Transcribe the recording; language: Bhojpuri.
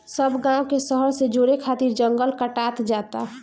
सब गांव के शहर से जोड़े खातिर जंगल कटात जाता